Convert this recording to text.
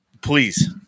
please